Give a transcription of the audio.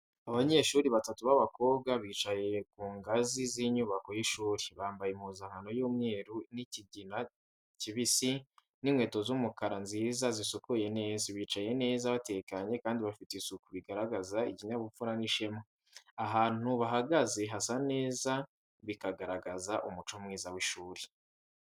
Abanyeshuri batatu b’abakobwa bicaye ku ngazi z’inyubako y’ishuri, bambaye impuzankano y’umweru n’ikigina kibisi, n’inkweto z’umukara nziza zisukuye neza. Bicaye neza batekanye kandi bafite isuku, bigaragaza ikinyabupfura n’ishema. Ahantu bahagaze hasa neza, bikagaragaza umuco mwiza w’ishuri.